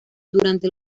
durante